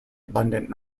abundant